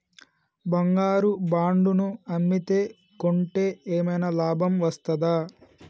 బంగారు బాండు ను అమ్మితే కొంటే ఏమైనా లాభం వస్తదా?